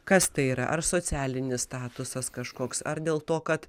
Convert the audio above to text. kas tai yra ar socialinis statusas kažkoks ar dėl to kad